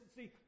See